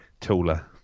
Taller